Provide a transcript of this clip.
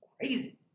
crazy